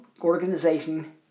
organization